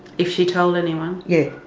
if she told anyone? yes.